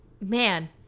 Man